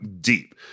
deep